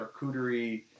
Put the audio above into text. charcuterie